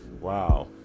Wow